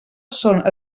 són